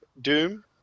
Doom